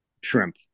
shrimp